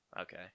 Okay